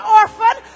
orphan